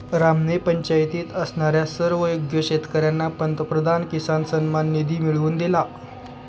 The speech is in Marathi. रामने पंचायतीत असणाऱ्या सर्व योग्य शेतकर्यांना पंतप्रधान किसान सन्मान निधी मिळवून दिला